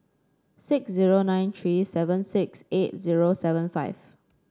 six zero nine three seven six eight zero seven five